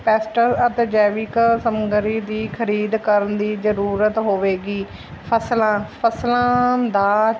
pastel ਆਪਣੇ ਜੈਵਿਕ ਸਮੱਗਰੀ ਦੀ ਖਰੀਦ ਕਰਨ ਦੀ ਜ਼ਰੂਰਤ ਹੋਵੇਗੀ ਫਸਲਾਂ ਫਸਲਾਂ ਦਾ